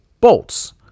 Bolts